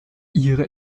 ihre